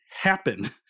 happen